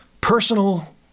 personal